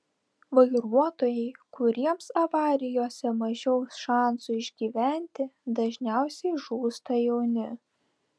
vairuotojai kuriems avarijose mažiau šansų išgyventi dažniausiai žūsta jauni